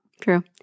True